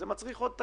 זה מצריך עוד תקציב.